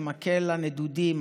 זה מקל הנדודים,